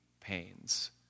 pains